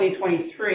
2023